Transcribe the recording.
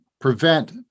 prevent